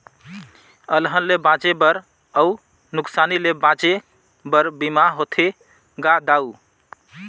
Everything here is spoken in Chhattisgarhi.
अलहन ले बांचे बर अउ नुकसानी ले बांचे बर बीमा होथे गा दाऊ